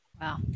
Wow